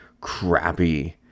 crappy